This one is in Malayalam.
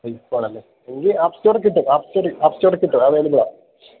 ഐഫോണാണല്ലെ എങ്കില് ആപ്പ് സ്റ്റോറില് കിട്ടും ആപ്പ് സ്റ്റോറില് ആപ്പ് സ്റ്റോറില് കിട്ടും അവൈലബിളാണ്